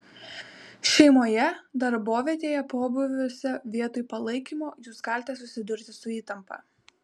šeimoje darbovietėje pobūviuose vietoj palaikymo jūs galite susidurti su įtampa